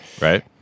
right